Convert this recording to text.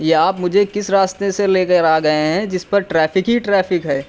یہ آپ مجھے کس راستے سے لے کر آ گیے ہیں جس پر ٹریفک ہی ٹریفک ہے